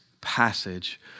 passage